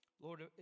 Lord